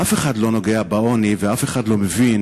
אף אחד לא נוגע בעוני ואף אחד לא מבין